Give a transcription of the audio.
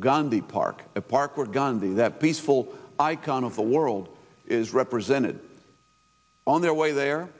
gandhi park a park where gandhi that peaceful icon of the world is represented on their way their